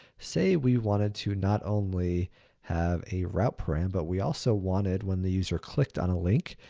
say we wanted to not only have a route param, but we also wanted when the user clicked on a link,